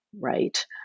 right